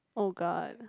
oh god